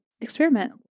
Experiment